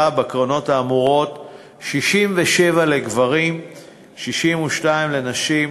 בקרנות האמורות ל-67 לגברים ול-62 לנשים,